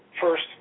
first